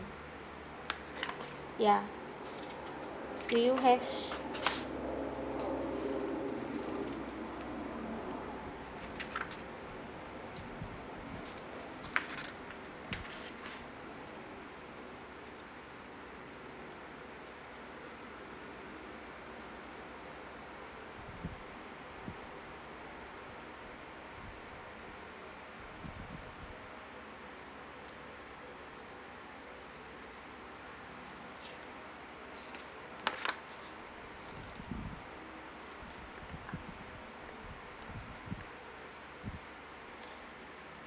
ya do you have